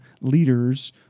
leaders